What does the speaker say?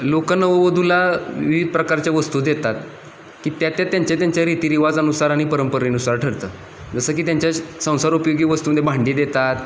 लोकं नववधूला विविध प्रकारच्या वस्तू देतात की त्या त्या त्यांच्या त्यांच्या रीतीरिवाजानुसार आणि परंपरेनुसार ठरतं जसं की त्यांच्या संसार उपयोगी वस्तू भांडी देतात